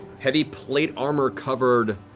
heavy plate armor covered